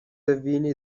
وینی